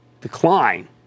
decline